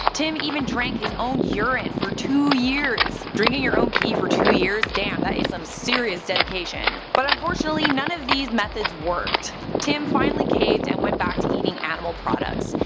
tim even drank his own urine for two years. drinking your own pee for two years? damn that is some serious dedication. but unfortunately, none of these other methods worked. tim finally caved and went back to eating animal products.